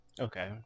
Okay